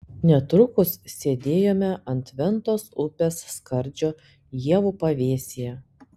netrukus sėdėjome ant ventos upės skardžio ievų pavėsyje